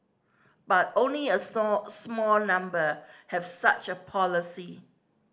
but only a slow small number have such a policy